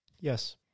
Yes